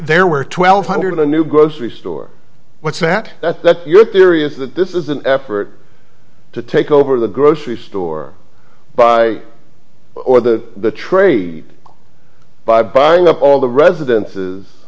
there were twelve hundred of the new grocery store what's that that that your theory is that this is an effort to take over the grocery store buy or the trade by buying up all the residences